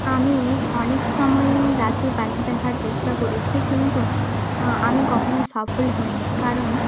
আমি অনেক সময়ই রাতে পাখি দেখার চেষ্টা করেছি কিন্তু আমি কখনো সফল হই নি কারণ